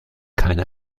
keine